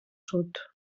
sud